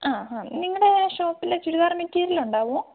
ആ ആ നിങ്ങളുടെ ഷോപ്പിൽ ചുരിദാർ മെറ്റീരിയൽ ഉണ്ടാവുമോ